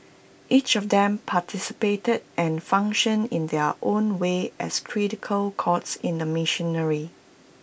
each of them participated and functioned in their own way as cogs in the machinery